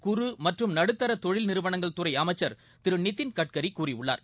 குறு மற்றம்நடுத்தர தொழில் நிறுவனங்கள் துறை அமைச்சர் திரு நிதின்கட்கரி கூறியுள்ளார்